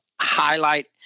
highlight